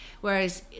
Whereas